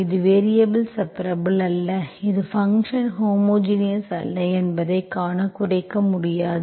இது variable separable அல்ல இந்த ஃபங்க்ஷன் ஹோமோஜினியஸ் அல்ல என்பதை காண குறைக்க முடியாது